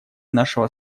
нашего